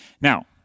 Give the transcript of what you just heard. Now